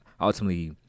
ultimately